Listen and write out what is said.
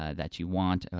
ah that you want,